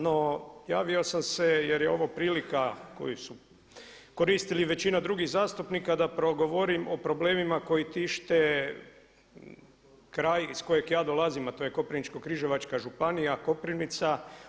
No, javio sam se jer je ovo prilika koju su koristili većina drugih zastupnika da progovorim o problemima koji tište kraj iz kojeg ja dolazim, a to je Koprivničko-križevačka županija Koprivnica.